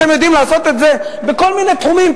אתם יודעים לעשות את זה בכל מיני תחומים,